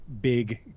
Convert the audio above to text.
big